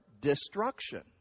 destruction